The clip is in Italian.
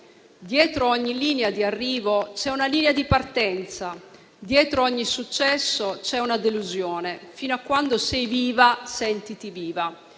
Dietro ogni linea di arrivo c'è una linea di partenza. Dietro ogni successo c'è un'altra delusione. Fino a quando sei viva, sentiti viva.